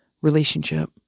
relationship